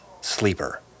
sleeper